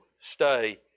stay